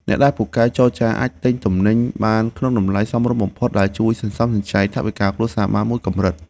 អ្នកដែលពូកែចរចាអាចទិញទំនិញបានក្នុងតម្លៃសមរម្យបំផុតដែលជួយសន្សំសំចៃថវិកាគ្រួសារបានមួយកម្រិត។